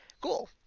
Cool